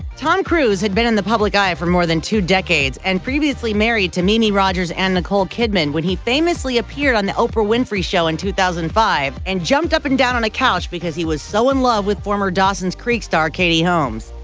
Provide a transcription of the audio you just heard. tom cruise had been in the public eye for more than two decades and previously married to mimi rogers and nicole kidman when he famously appeared on the oprah winfrey show in two thousand and five and jumped up and down on a couch because he was so in love with former dawson's creek star katie holmes.